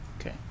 okay